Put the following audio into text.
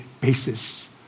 basis